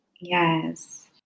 Yes